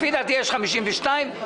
לפי דעתי, יש 52 מיליון.